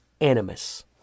animus